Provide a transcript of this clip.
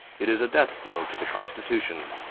it is a death blow to the constitution.